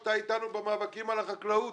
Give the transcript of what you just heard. אתה איתנו במאבקים על החקלאות